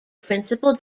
principal